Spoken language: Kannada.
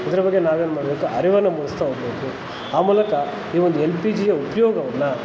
ಅದರ ಬಗ್ಗೆ ನಾವೇನ್ಮಾಡಬೇಕು ಅರಿವನ್ನು ಮೂಡಿಸ್ತಾ ಹೋಗ್ಬೇಕು ಆ ಮೂಲಕ ಈ ಒಂದು ಎಲ್ ಪಿ ಜಿಯ ಉಪಯೋಗವನ್ನ